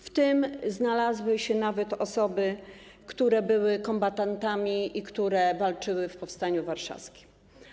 W tym znalazły się nawet osoby, które były kombatantami i które walczyły w powstaniu warszawskim.